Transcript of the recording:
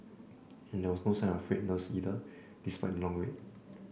and there was no sign of frayed nerves either despite the long wait